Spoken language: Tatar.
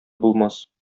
булмас